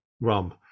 rum